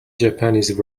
japanese